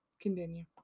continue